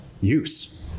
use